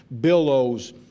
billows